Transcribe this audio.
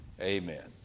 Amen